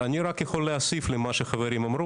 אני רק יכול להוסיף למה שהחברים אמרו